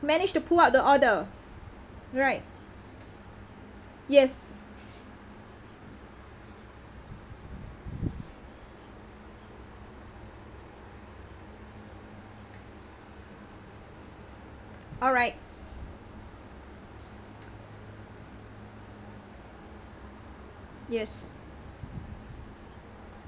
managed to pull out the order right yes all right yes